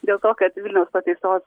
dėl to kad vilniaus pataisos